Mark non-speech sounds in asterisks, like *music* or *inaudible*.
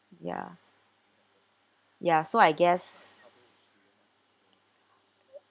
ya ya so I guess *noise*